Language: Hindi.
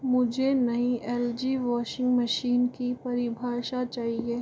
मुझे नई एल जी वॉशिंग मशीन की परिभाषा चाहिए